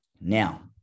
Now